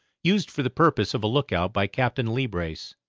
used for the purpose of a look-out by captain leebrace.